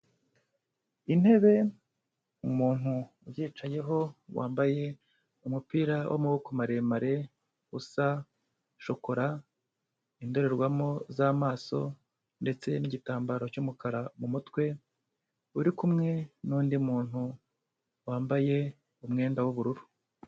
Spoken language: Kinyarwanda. Intebe, umuntu uyicayeho wambaye umupira w'amaboko maremare usa shokora, indorerwamo z'amaso ndetse n'igitambaro cy'umukara mu mutwe uri kumwe n'undi muntu wambaye umwenda w'ubururu.